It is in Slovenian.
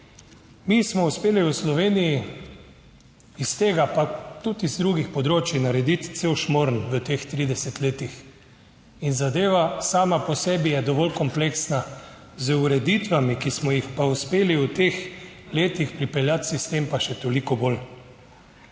Mi smo uspeli v Sloveniji iz tega, pa tudi iz drugih področij narediti cel šmorn v teh 30 letih in zadeva sama po sebi je dovolj kompleksna, z ureditvami, ki smo jih pa uspeli v teh letih pripeljati sistem pa še toliko bolj.